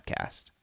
podcast